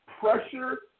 pressure